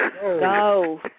Go